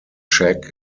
shack